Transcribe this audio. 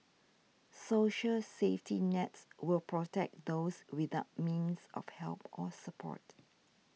social safety nets will protect those without means of help or support